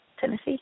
Tennessee